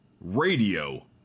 Radio